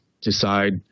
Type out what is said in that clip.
decide